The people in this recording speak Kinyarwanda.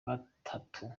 gatatu